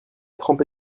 trempé